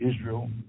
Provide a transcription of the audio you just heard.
Israel